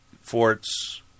Forts